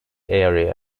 area